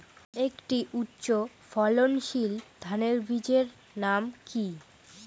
একটি উচ্চ ফলনশীল ধানের বীজের নাম কী?